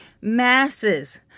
masses